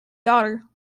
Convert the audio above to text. daughter